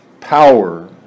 power